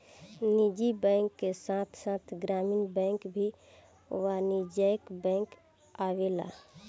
निजी बैंक के साथ साथ ग्रामीण बैंक भी वाणिज्यिक बैंक आवेला